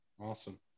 Awesome